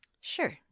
sure